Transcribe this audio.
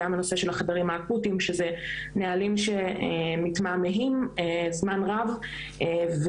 וגם בנושא של החדרים האקוטיים שזה נהלים שמתמהמהים זמן רב ואחד